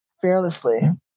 fearlessly